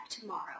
tomorrow